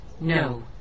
No